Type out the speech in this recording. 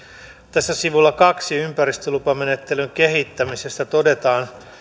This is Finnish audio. tässä sivulla kaksi ympäristölupamenettelyn kehittämisestä todetaan